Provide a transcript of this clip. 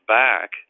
back